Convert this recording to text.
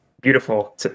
beautiful